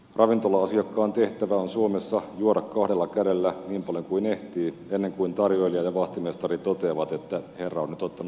ravintola asiakkaan tehtävä on suomessa juoda kahdella kädellä niin paljon kuin ehtii ennen kuin tarjoilija ja vahtimestari toteavat että herra on nyt ottanut riittävästi